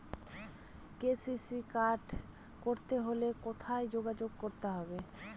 KCC card করতে হলে কোথায় যোগাযোগ করতে হবে?